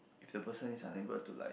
if the person is unable to like